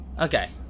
Okay